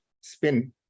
spin